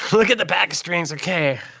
look at the pack of strings, okay.